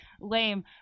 lame